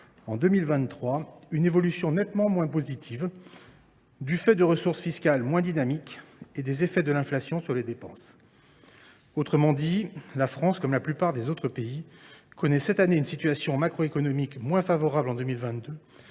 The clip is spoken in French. en 2023, une évolution nettement moins positive, du fait de ressources fiscales moins dynamiques et des effets de l’inflation sur les dépenses. Autrement dit, la France, comme la plupart des autres pays européens, connaît cette année une situation macroéconomique moins favorable qu’en 2022